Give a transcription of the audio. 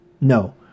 No